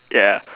ya